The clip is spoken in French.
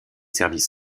services